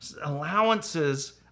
allowances